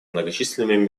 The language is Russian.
многочисленными